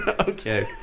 Okay